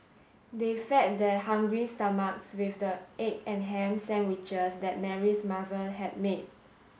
they fed their hungry stomachs with the egg and ham sandwiches that Mary's mother had made